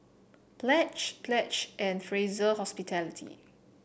Pledge Pledge and Fraser Hospitality